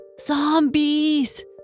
Zombies